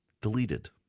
deleted